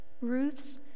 Ruth's